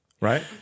Right